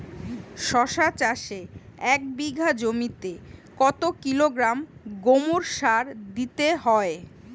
শশা চাষে এক বিঘে জমিতে কত কিলোগ্রাম গোমোর সার দিতে হয়?